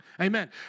Amen